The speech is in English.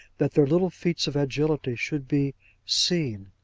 that their little feats of agility should be seen.